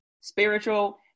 spiritual